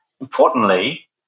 importantly